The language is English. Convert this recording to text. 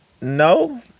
no